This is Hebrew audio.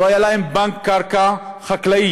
לא היה להם בנק קרקע חקלאית.